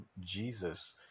Jesus